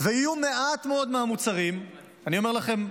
ויהיו מעט מאד מהמוצרים, אני אומר לכם באחריות,